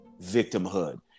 victimhood